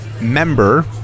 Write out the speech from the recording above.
member